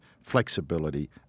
flexibility